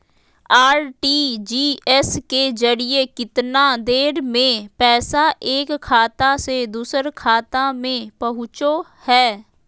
RTGS के जरिए कितना देर में पैसा एक खाता से दुसर खाता में पहुचो है?